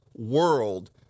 World